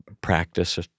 practice